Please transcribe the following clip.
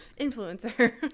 Influencer